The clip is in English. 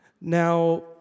Now